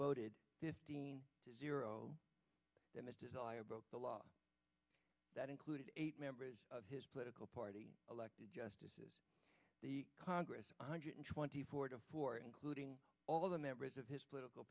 voted fifteen to zero in the desire broke the law that included eight members of his political party elected justices the congress one hundred twenty four to four including all the members of his political